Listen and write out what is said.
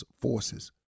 forces